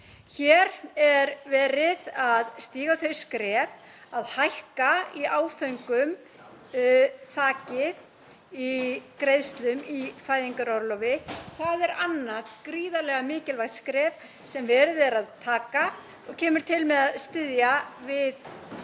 Hér er verið að stíga þau skref að hækka í áföngum þakið í greiðslum í fæðingarorlofi. Það er annað gríðarlega mikilvægt skref sem verið er að taka og kemur til með að styðja við